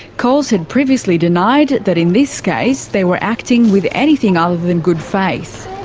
coles had previously denied that in this case they were acting with anything other than good faith.